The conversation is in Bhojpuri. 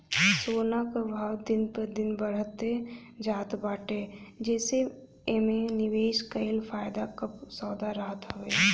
सोना कअ भाव दिन प दिन बढ़ते जात बाटे जेसे एमे निवेश कईल फायदा कअ सौदा रहत हवे